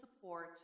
support